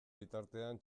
bitartean